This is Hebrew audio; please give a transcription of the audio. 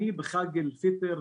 בעיד אל-פיטר,